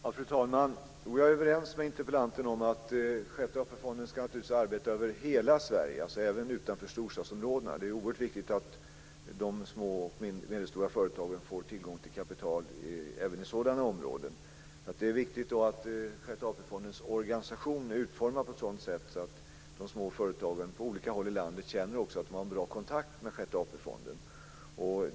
Fru talman! Ja, jag är överens med interpellanten om att Sjätte AP-fonden ska arbeta över hela Sverige, dvs. även utanför storstadsområdena. Det är oerhört viktigt att de små och medelstora företagen får tillgång till kapital även i sådana områden. Det är viktigt att Sjätte AP-fondens organisation är utformad på ett sådant sätt att de små företagen på olika håll i landet känner att de har en bra kontakt med Sjätte AP fonden.